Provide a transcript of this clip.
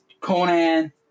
Conan